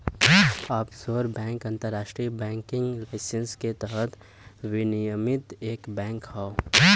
offshore bank अंतरराष्ट्रीय banking licence के तहत विनियमित एक बैंक हौ